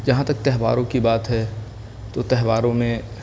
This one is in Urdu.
جہاں تک تہواروں کی بات ہے تو تہواروں میں